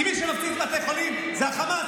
כי מי שמפציץ בתי חולים זה החמאס,